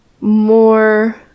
more